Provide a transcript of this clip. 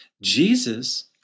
Jesus